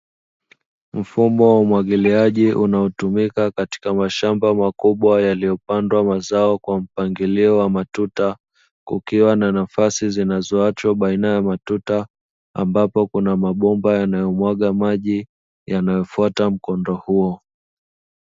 mfumo wa umwagiliaji unaotumika katika mashamba makubwa yaliyopandwa mazao kwa mpangilio wa matuta, kukiwa na nafasi zinazoachwa baina ya matuta, ambapo kuna mabomba yanayomwaga maji yanayofuata mkondo huo.